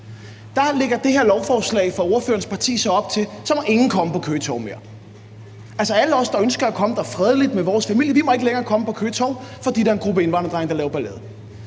Der lægger det her lovforslag fra ordførerens parti så op til, at ingen må komme på Køge Torv mere. Alle os, der ønsker at komme der fredeligt med vores familie, må ikke længere komme på Køge Torv, fordi der er en gruppe indvandrerdrenge, der laver ballade.